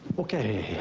okay.